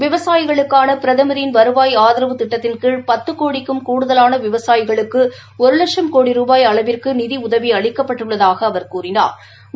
விவசாயிகளுக்கான பிரதமரின் வருவாய் ஆதரவு திட்டத்தின் கீழ் பத்து கோடிக்கும் கூடுதலான விவசாயிகளுக்கு ஒரு வட்சம் கோடி ரூபாய் அளவிற்கு நிதி உதவி அளிக்கப்பட்டுள்ளதாக அவா் கூறினாா்